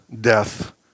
death